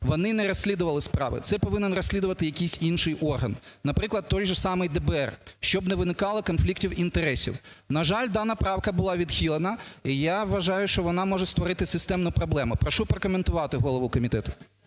вони не розслідували справи, це повинен розслідувати якийсь інший орган, наприклад, той же самий ДБР, щоб не виникло конфліктів інтересів. На жаль, дана правка була відхилена і, я вважаю, що вона може створити системну проблему. Прошу прокоментувати голову комітету.